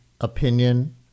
opinion